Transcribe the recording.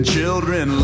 Children